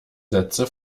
sätze